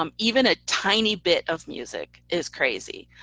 um even a tiny bit of music is crazy.